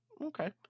Okay